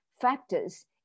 factors